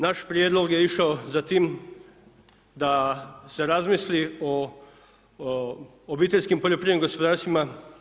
Naš prijedlog je išao za tim da se razmisli o obiteljskim poljoprivrednim gospodarstvima.